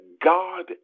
God